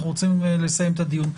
אנחנו רוצים לסיים את הדיון.